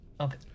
Okay